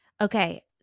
okay